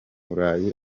burayi